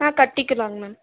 கட்டிக்கிறோங்க ma'am